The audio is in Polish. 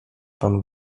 pan